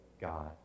God